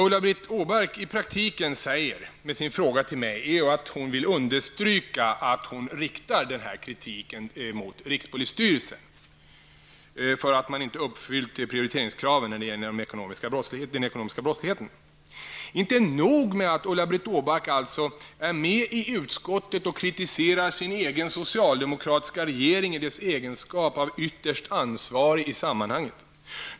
Ulla-Britt Åbark säger i praktiken i sin fråga till mig att hon vill understryka att hon riktar kritik mot rikspolisstyrelsen för att man där inte har uppfyllt prioriteringskraven när det gäller ekobrotten. Inte nog med att Ulla-Britt Åbark är med i utskottet och kritiserar sin egen socialdemokratiska regering i dess egenskap av ytterst ansvarig i sammanhanget.